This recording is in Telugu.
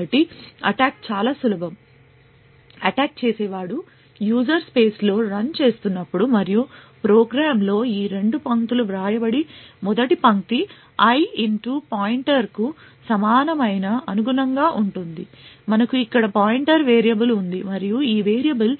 కాబట్టి అటాక్ చాలా సులభం అటాక్ చేసేవాడు యూజర్ స్పేస్లో రన్ చేస్తున్నప్పుడు మరియు ప్రోగ్రామ్లో ఈ రెండు పంక్తులు వ్రాయబడి మొదటి పంక్తి i పాయింటర్కు సమానమైన అనుగుణంగా ఉంటుంది మనకు ఇక్కడ పాయింటర్ వేరియబుల్ ఉంది మరియు ఈ వేరియబుల్